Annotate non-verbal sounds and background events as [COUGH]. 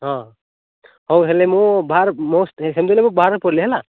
ହଁ ହଉ ହେଲେ ମୁଁ ବାହାର୍ ମୋ [UNINTELLIGIBLE] ହେଲା